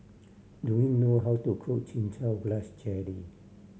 do you know how to cook Chin Chow Grass Jelly